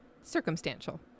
Circumstantial